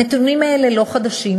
הנתונים האלה אינם חדשים.